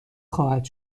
خواهد